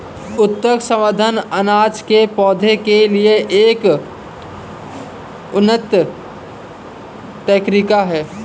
ऊतक संवर्धन अनार के पौधों के लिए एक उन्नत तकनीक है